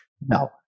No